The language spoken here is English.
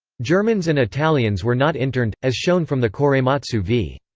germans and italians were not interned, as shown from the korematsu v.